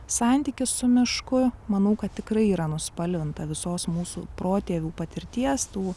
santykis su mišku manau kad tikrai yra nuspalvinta visos mūsų protėvių patirties tų